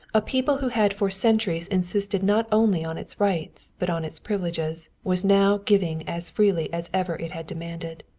a people who had for centuries insisted not only on its rights but on its privileges was now giving as freely as ever it had demanded.